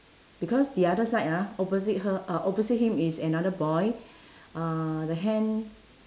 because the other side ah opposite her uh opposite him is another boy uh the hand